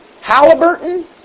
Halliburton